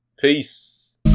peace